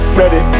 ready